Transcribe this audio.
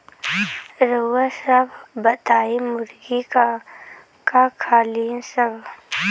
रउआ सभ बताई मुर्गी का का खालीन सब?